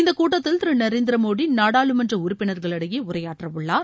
இந்தக் கூட்டத்தில் திரு நரேந்திர மோடி நாடாளுமன்ற உறுப்பினர்களிடையே உரையாற்றவுள்ளார்